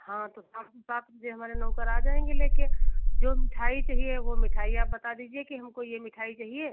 हाँ तो साथ में सात बजे हमारे नौकर आ जाएँगे लेकर जो मिठाई चाहिए वह मिठाई आप बता दीजिए कि हमको ये मिठाई चाहिए